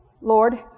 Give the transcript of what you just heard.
Lord